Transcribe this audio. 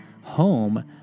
home